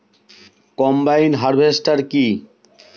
Combine harvester কি?